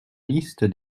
liste